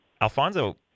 Alfonso